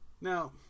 Now